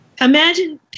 imagine